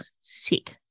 sick